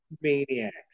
maniacs